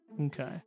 Okay